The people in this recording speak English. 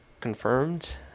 confirmed